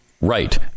Right